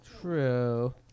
True